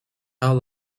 how